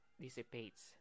dissipates